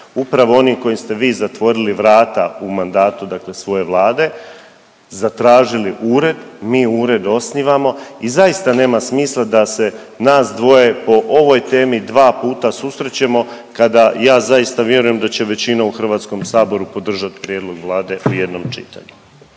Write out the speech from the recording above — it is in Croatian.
upravo onih kojim ste vi zatvorili vrata u mandatu, dakle svoje Vlade, zatražili ured. Mi ured osnivamo i zaista nema smisla da se nas dvoje po ovoj temi dva puta susrećemo kada ja zaista vjerujem da će većina u Hrvatskom saboru podržati prijedlog Vlade u jednom čitanju.